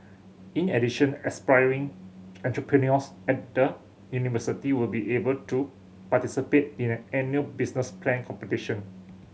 in addition aspiring entrepreneurs at the university will be able to participate in an annual business plan competition